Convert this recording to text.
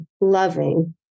loving